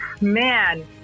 Man